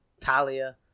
Talia